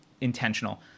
intentional